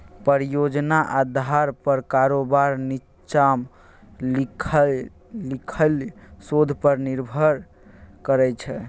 परियोजना आधार पर कारोबार नीच्चां लिखल शोध पर निर्भर करै छै